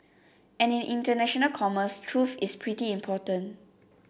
and in international commerce truth is pretty important